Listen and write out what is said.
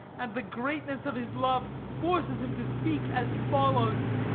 and the greatness of his love forces him to speak as follows.